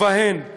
ובהן ארצות-הברית,